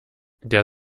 der